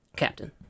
captain